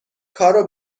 کارو